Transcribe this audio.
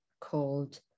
called